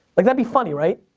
like that'd be funny, right?